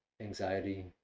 Anxiety